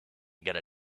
gotta